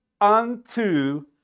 unto